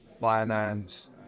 finance